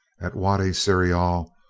at wady seiyal,